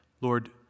Lord